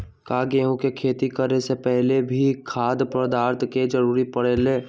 का गेहूं के खेती करे से पहले भी खाद्य पदार्थ के जरूरी परे ले?